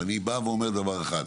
אני אומר דבר אחד: